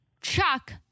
Chuck